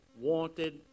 wanted